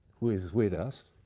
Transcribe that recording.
who is is with us,